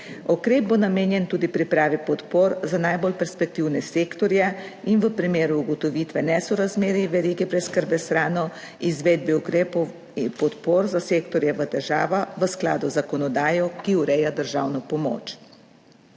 Ukrep bo namenjen tudi pripravi podpor za najbolj perspektivne sektorje in v primeru ugotovitve nesorazmerij verigi preskrbe s hrano, izvedbi ukrepov in podpor za sektorje v težavah v skladu z zakonodajo, ki ureja državno pomoč.